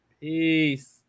Peace